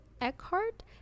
Eckhart